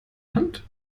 hand